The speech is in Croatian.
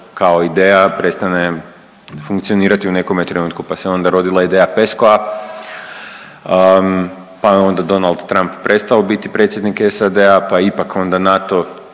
kao ideja prestane funkcionirati u nekome trenutku, pa se onda rodila ideja PESCO-a, pa je onda Donald Trump prestao biti predsjednik SAD-a, pa je ipak onda NATO,